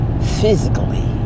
physically